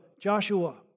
Joshua